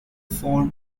form